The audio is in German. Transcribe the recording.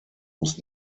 muss